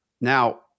Now